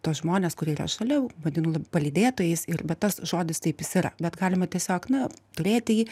tuos žmones kurie yra šalia vadinu palydėtojais ir va tas žodis taip jis yra bet galima tiesiog na turėti jį